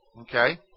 Okay